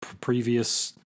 previous